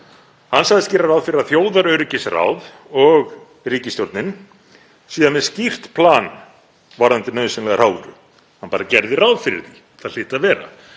Hann sagðist gera ráð fyrir að þjóðaröryggisráð og ríkisstjórnin væru með skýrt plan varðandi nauðsynlega hrávöru. Hann bara gerði ráð fyrir því, það hlyti að vera.